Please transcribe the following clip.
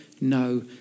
no